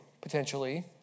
potentially